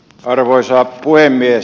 arvoisa puhemies